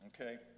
okay